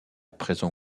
présent